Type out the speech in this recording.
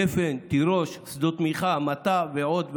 גפן, תירוש, שדות מיכה, מטע ועוד ועוד,